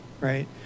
right